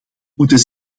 moeten